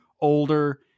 older